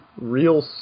real